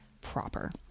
proper